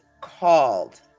called